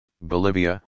Bolivia